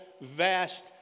vast